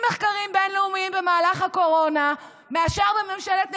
עם מחקרים בין-לאומיים במהלך הקורונה מאשר בממשלת נתניהו,